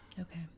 okay